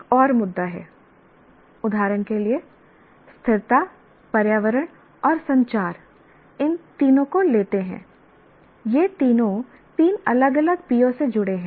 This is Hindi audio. एक और मुद्दा है उदाहरण के लिए स्थिरता पर्यावरण और संचार इन तीनों लेते हैं 3 ये तीनों 3 अलग अलग PO से जुड़े हैं